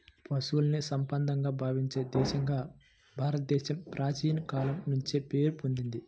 పశువుల్ని సంపదగా భావించే దేశంగా భారతదేశం ప్రాచీన కాలం నుంచే పేరు పొందింది